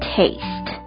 taste